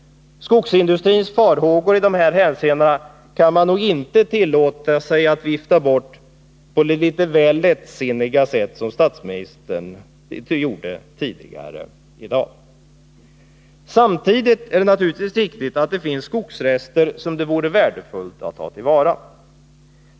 Skogsindustrins farhågor i dessa hänseenden kan man inte tillåta sig att vifta bort på det litet väl lättsinniga sätt som statsministern tidigare i dag försökte. Samtidigt är det naturligtvis riktigt att det finns skogsrester som det vore värdefullt att ta till vara.